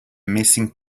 missing